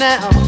Now